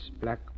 black